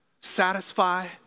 satisfy